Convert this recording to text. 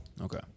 Okay